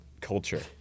culture